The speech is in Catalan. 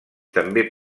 també